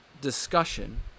discussion